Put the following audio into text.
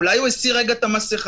אולי הוא הסיר רגע את המסכה.